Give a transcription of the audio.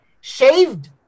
Shaved